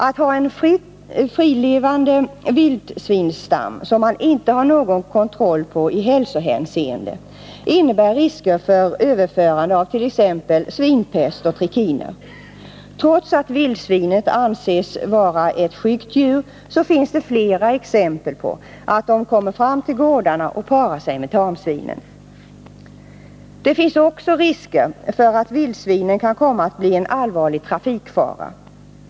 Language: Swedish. Att ha en frilevande vildsvinsstam som man inte har någon kontroll över i hälsohänseende innebär risker för överförande avt.ex. svinpest och trikiner. Trots att vildsvinet anses vara ett skyggt djur finns det flera exempel på att de kommer fram till gårdarna och parar sig med tamsvinen. Det finns också risker för att vildsvinen kan komma att bli en allvarlig trafikfara.